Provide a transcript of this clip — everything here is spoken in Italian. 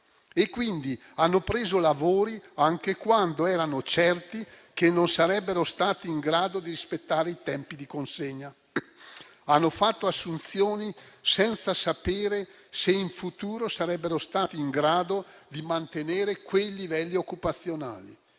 e quindi hanno preso lavori anche quando erano certe che non sarebbero state in grado di rispettare i tempi di consegna. Hanno fatto assunzioni senza sapere se in futuro sarebbero state in grado di mantenere quei livelli occupazionali